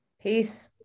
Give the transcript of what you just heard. Peace